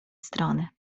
strony